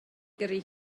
gyrru